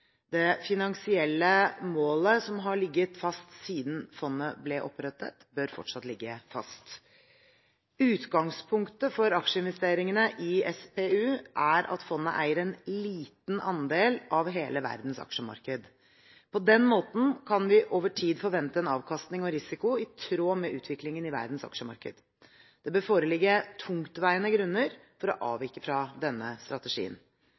Det finansielle målet som har ligget fast siden fondet ble opprettet, bør fortsatt ligge fast. Utgangspunktet for aksjeinvesteringene i SPU er at fondet eier en liten andel av hele verdens aksjemarked. På den måten kan vi over tid forvente avkastning og risiko i tråd med utviklingen i verdens aksjemarked. Det bør foreligge tungtveiende grunner for å avvike fra denne strategien.